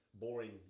Boring